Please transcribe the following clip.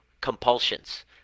compulsions